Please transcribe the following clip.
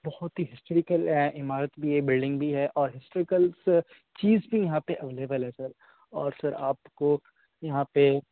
بہت ہی ہسٹوریکل عمارت بھی ہے بلڈنگ بھی ہے اور ہسٹوریکل سر چیز بھی یہاں پہ اویلیبل ہے سر اور سر آپ کو یہاں پہ